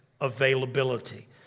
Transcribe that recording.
availability